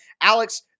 Alex